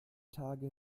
tage